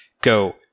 go